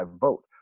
vote